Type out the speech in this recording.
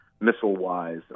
missile-wise